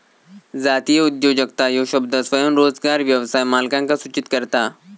जातीय उद्योजकता ह्यो शब्द स्वयंरोजगार व्यवसाय मालकांका सूचित करता